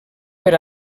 per